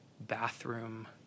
bathroom